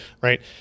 right